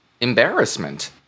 embarrassment